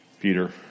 Peter